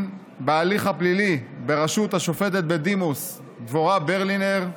בהליך הפלילי בראשות השופטת בדימוס דבורה ברלינר,